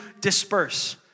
disperse